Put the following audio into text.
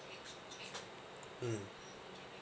mm